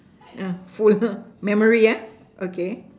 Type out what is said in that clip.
err full memory ah okay